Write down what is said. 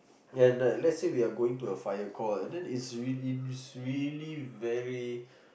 and like let's say we are going to a fire call and then it's it's really very